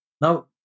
Now